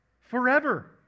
Forever